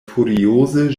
furioze